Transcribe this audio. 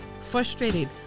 frustrated